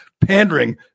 pandering